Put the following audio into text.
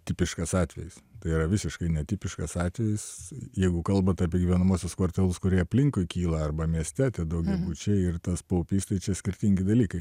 tipiškas atvejis yra visiškai netipiškas atvejis jeigu kalbant apie gyvenamuosius kvartalus kurie aplinkui kyla arba mieste tie daugiabučiai ir tas paupys tai čia skirtingi dalykai